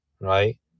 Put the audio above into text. right